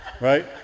Right